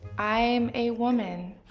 i'm a woman.